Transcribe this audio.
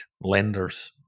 lenders